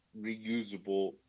reusable